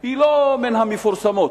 היא לא מן המפורסמות.